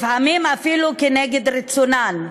לפעמים אפילו נגד רצונן,